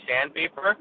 sandpaper